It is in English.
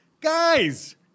guys